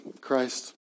Christ